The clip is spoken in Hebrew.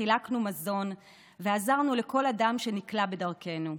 חילקנו מזון ועזרנו לכל אדם שנקרה בדרכנו.